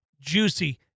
juicy